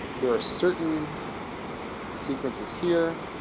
there are certain sequences here,